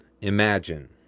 Imagine